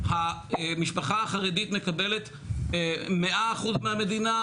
המשפחה החרדית מקבלת 100% מהמדינה,